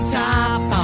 top